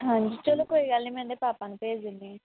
ਹਾਂਜੀ ਚਲੋ ਕੋਈ ਗੱਲ ਨਹੀਂ ਮੈਂ ਇਹਦੇ ਪਾਪਾ ਨੂੰ ਭੇਜ ਦਿੰਦੀ ਹਾਂ